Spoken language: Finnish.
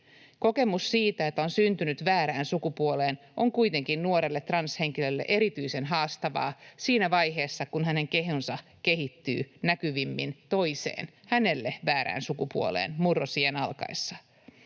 Kokemus siitä, että on syntynyt väärään sukupuoleen, on kuitenkin nuorelle transhenkilölle erityisen haastavaa siinä vaiheessa, kun hänen kehonsa kehittyy näkyvimmin toiseen, hänelle väärään sukupuoleen murrosiän alkaessa.